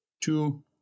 two